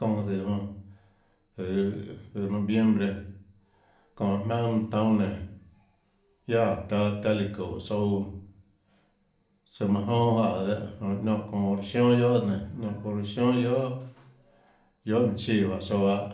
çounã zøh jonã zøhå noviembre çónhã jmaønâ manã toúnâ nénå guiaâ taã taã líã çúhå tsouã tsøã manã jounâ juáhã dehâ jonã niónã çounã oracion guiohà nénå niónã çounã oracion guiohàguiohàminã chíã juáhã tsouã lahâ